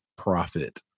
Profit